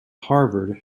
harvard